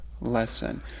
lesson